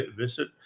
visit